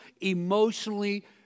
emotionally